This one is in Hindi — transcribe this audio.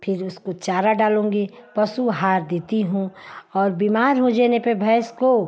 फिर उसको चारा डालूँगी पशु आहार देती हूँ और बीमार हो जाने पर भैंस को